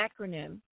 acronym